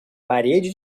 parede